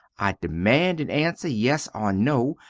i demand an answer yes or no,